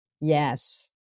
Yes